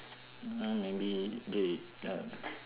mm maybe they uh